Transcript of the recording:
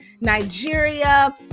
Nigeria